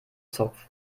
zopf